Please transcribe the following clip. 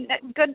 Good